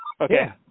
Okay